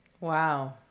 Wow